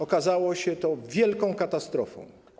Okazało się to wielką katastrofą.